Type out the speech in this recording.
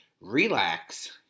Relax